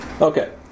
Okay